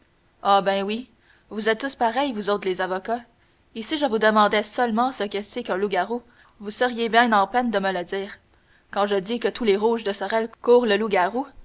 ah ben oui vous êtes tous pareils vous autres les avocats et si je vous demandais seulement ce que c'est qu'un loup-garou vous seriez ben en peine de me le dire quand je dis que tous les rouges de sorel courent le loup-garou